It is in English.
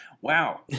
Wow